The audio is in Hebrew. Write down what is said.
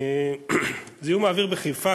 זיהום האוויר בחיפה,